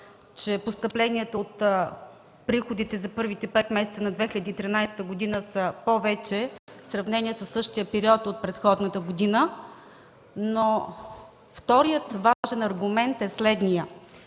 че постъпленията от приходите за първите пет месеца на 2013 г. са повече в сравнение с същия период за предходната година. Вторият важен аргумент е следният.